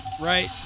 Right